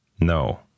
No